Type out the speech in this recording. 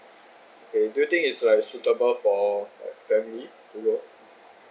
okay do you think is like suitable for uh family